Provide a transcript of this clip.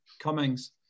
Cummings